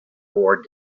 bored